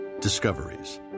Discoveries